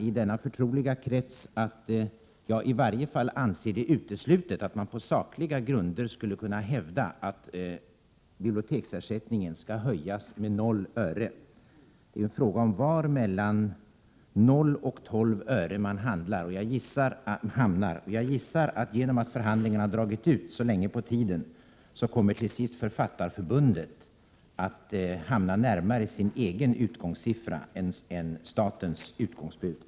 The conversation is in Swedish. I denna förtroliga krets vill jag säga att jag i varje fall anser det uteslutet att man på sakliga grunder skulle kunna hävda att biblioteksersättningen skall höjas med 0 öre. Frågan är ju var mellan 0 och 12 öre man hamnar. Genom att förhandlingarna har dragit så långt ut på tiden gissar jag att Författarförbundet till sist kommer att hamna närmare sin egen utgångssiffra än statens utgångsbud.